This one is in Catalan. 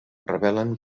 revelen